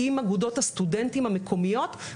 עם אגודות הסטודנטים המקומיות.